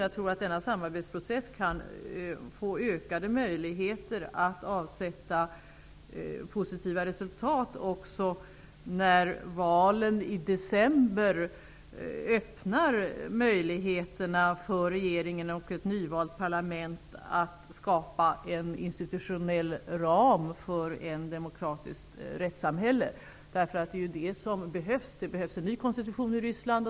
Jag tror att denna samarbetsprocess kan få ökade möjligheter att avsätta positiva resultat också när valen i december öppnar möjligheterna för regeringen och ett nyvalt parlament att skapa en institutionell ram för ett demokratiskt rättssamhälle. Det är det som behövs. Det behövs en ny konstitution i Ryssland.